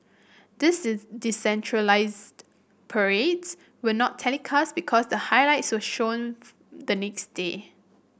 this is decentralised parades were not telecast because the highlights were shown the next day